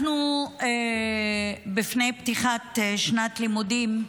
אנחנו בפני פתיחת שנת לימודים,